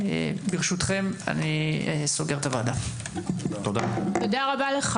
תודה רבה,